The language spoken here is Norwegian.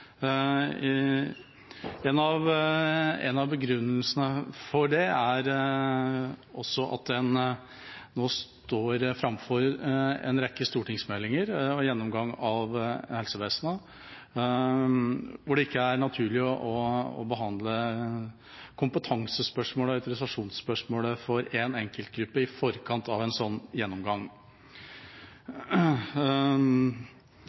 En av begrunnelsene for det er at en nå står framfor en rekke stortingsmeldinger og en gjennomgang av helsevesenet, og det er ikke naturlig å behandle kompetansespørsmålet, autorisasjonsspørsmålet, for én enkelt gruppe i forkant av en sånn gjennomgang.